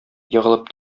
егылып